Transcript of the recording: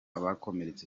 bakomeretse